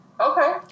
Okay